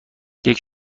یکی